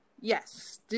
Yes